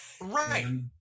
Right